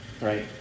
Right